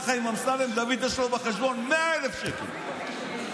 אם לאמסלם דוד יש בחשבון 100,000 שקל,